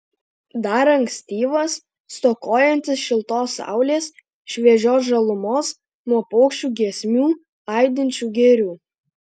dar ankstyvas stokojantis šiltos saulės šviežios žalumos nuo paukščių giesmių aidinčių girių